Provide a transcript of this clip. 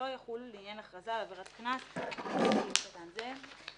לא יחולו לעניין הכרזה על עבירת קנס לפי סעיף קטן זה.